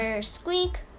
squeak